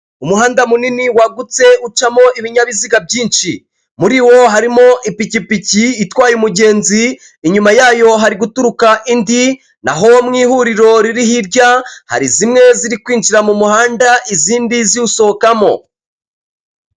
Umuhanda munini wagutse ucamo ibinyabiziga byinshi, muri wo harimo ipikipiki itwaye umugenzi, inyuma yayo hari guturuka indi naho mu ihuriro riri hirya hari zimwe ziri kwinjira mu muhanda izindi ziwusohokamo.